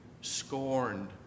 scorned